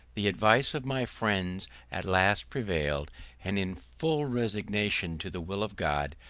the advice of my friends at last prevailed and, in full resignation to the will of god,